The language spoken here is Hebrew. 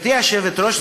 גברתי היושבת-ראש,